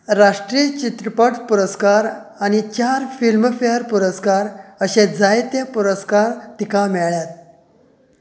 राष्ट्रीय चित्रपट पुरस्कार आनी चार फिल्मफेअर पुरस्कार अशे जायते पुरस्कार तिका मेळ्ळ्यात